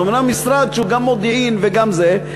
זה אומנם משרד שהוא גם מודיעין וגם זה,